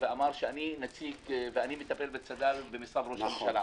ואמר שהוא מטפל בצד"ל במשרד ראש הממשלה.